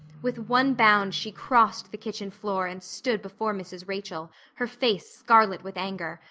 with one bound she crossed the kitchen floor and stood before mrs. rachel, her face scarlet with anger,